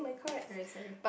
sorry sorry